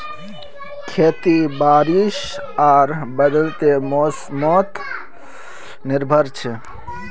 खेती बारिश आर बदलते मोसमोत निर्भर छे